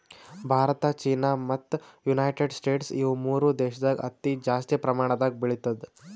Bharat China ಮತ್ತ್ United States ಇವ್ ಮೂರ್ ದೇಶದಾಗ್ ಹತ್ತಿ ಜಾಸ್ತಿ ಪ್ರಮಾಣದಾಗ್ ಬೆಳಿತದ್